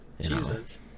Jesus